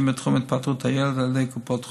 בתחום התפתחות הילד על ידי קופות החולים,